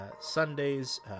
sundays